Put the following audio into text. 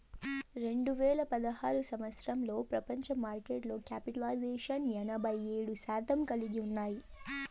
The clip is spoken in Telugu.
రెండు వేల పదహారు సంవచ్చరంలో ప్రపంచ మార్కెట్లో క్యాపిటలైజేషన్ ఎనభై ఏడు శాతం కలిగి ఉన్నాయి